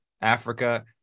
Africa